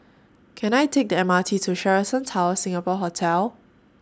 Can I Take The M R T to Sheraton Towers Singapore Hotel